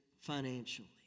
financially